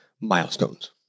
milestones